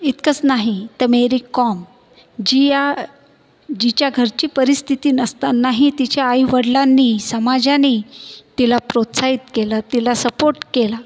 इतकंच नाही त मेरी कॉम जि या जिच्या घरची परिस्थिती नसताना ही तिच्या आईवडिलांनी समाजाने तिला प्रोसाहित केलं तिला सपोर्ट केला